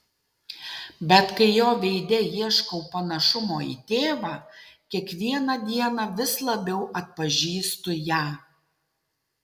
bet kai jo veide ieškau panašumo į tėvą kiekvieną dieną vis labiau atpažįstu ją